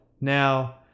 now